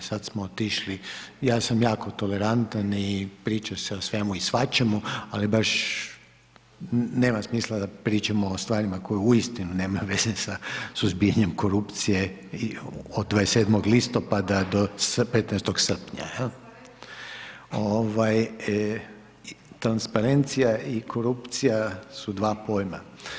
Sada smo otišli, ja sam jako tolerantan i priča se o svemu i svačemu ali baš nema smisla da pričamo o stvarima koje uistinu nemaju veze sa suzbijanjem korupcije i od 27. listopada do 15. srpnja. ... [[Upadica se ne čuje.]] Transparencija i korupcija su dva pojma.